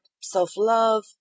self-love